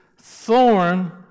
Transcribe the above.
thorn